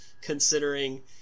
considering